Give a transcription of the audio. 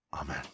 Amen